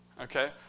Okay